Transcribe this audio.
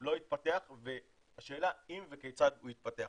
לא התפתח והשאלה אם וכיצד הוא יתפתח.